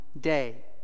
day